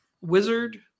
wizard